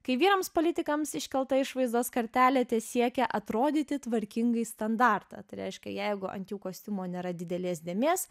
kai vyrams politikams iškelta išvaizdos kartelė tesiekia atrodyti tvarkingai standartą tai reiškia jeigu ant jų kostiumo nėra didelės dėmės